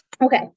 okay